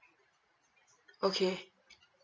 okay